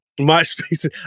MySpace